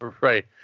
Right